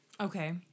Okay